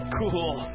cool